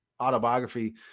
autobiography